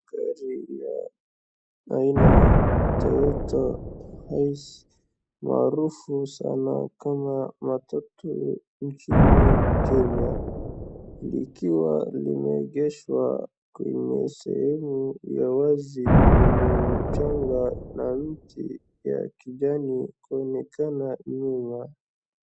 Gari ya aina Toyota hiace , maarufu sana kama matatu nchini Kenya, likiwa limeegeshwa kwenye sehemu ya wazi yenye mchanga na miti ya kijani kuonekana nyuma.